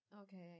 okay